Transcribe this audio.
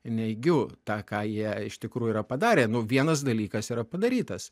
ir neigiu tą ką jie iš tikrųjų yra padarę nu vienas dalykas yra padarytas